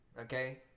Okay